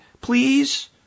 please